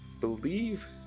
believe